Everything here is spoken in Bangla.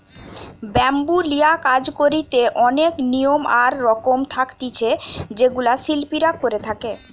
ব্যাম্বু লিয়া কাজ করিতে অনেক নিয়ম আর রকম থাকতিছে যেগুলা শিল্পীরা করে থাকে